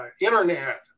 Internet